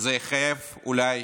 וזה יחייב אולי